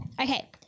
Okay